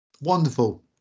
wonderful